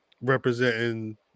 representing